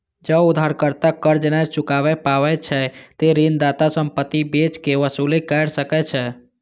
जौं उधारकर्ता कर्ज नै चुकाय पाबै छै, ते ऋणदाता संपत्ति बेच कें वसूली कैर सकै छै